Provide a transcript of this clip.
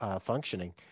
functioning